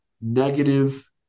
negative